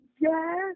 Yes